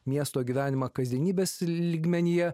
miesto gyvenimą kasdienybės lygmenyje